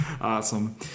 Awesome